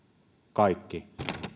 kaikki